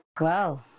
Wow